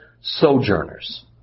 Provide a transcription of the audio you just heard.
sojourners